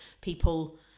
people